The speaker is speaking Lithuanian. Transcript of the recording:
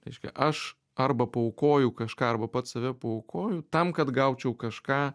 reiškia aš arba paaukoju kažką arba pats save paaukoju tam kad gaučiau kažką